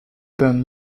band